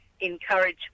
encourage